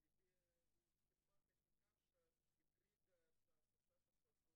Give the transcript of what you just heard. קידמה חקיקה שהחריגה את התוספת הזו